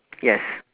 yes